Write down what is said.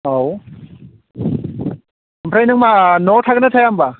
औ ओमफ्राय नों मा न'आव थागोन ना थाया होमब्ला